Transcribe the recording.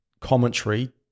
commentary